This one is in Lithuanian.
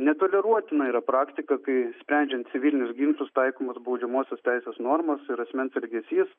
netoleruotina yra praktika kai sprendžiant civilinius ginčus taikomos baudžiamosios teisės normos ir asmens elgesys